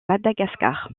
madagascar